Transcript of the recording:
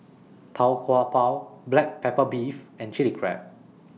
Tau Kwa Pau Black Pepper Beef and Chili Crab